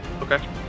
Okay